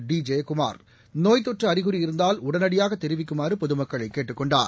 டிஜெயக்குமார் நோய்த் தொற்று அறிகுறி இருந்தால் உடனடியாக தெரிவிக்குமாறு பொதுமக்களை கேட்டுக் கொண்டார்